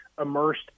immersed